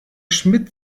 schmidt